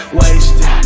wasted